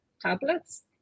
tablets